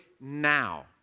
now